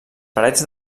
parets